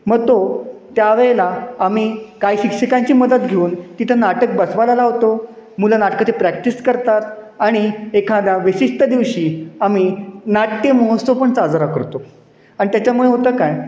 मग तो त्यावेळेला आम्ही काही शिक्षिकांची मदत घेऊन तिथं नाटक बसवायला लावतो मुलं नाटकाची प्रॅक्टिस करतात आणि एखादा विशिष्ट दिवशी आम्ही नाट्य महोत्सव पण साजरा करतो आणि त्याच्यामुळे होतं काय